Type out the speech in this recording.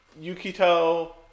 Yukito